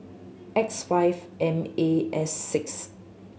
X five M A S six